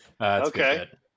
Okay